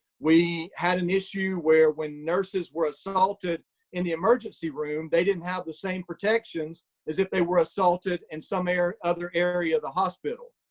we had an issue where when nurses were assaulted in the emergency room, they didn't have the same protections as if they were assaulted in some other other area of the hospital.